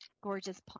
gorgeous